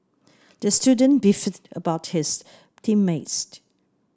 the student beefed about his team mates